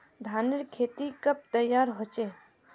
धानेर खेती कब तैयार होचे?